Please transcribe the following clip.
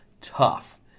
tough